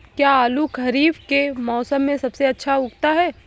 क्या आलू खरीफ के मौसम में सबसे अच्छा उगता है?